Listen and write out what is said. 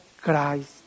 Christ